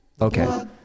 Okay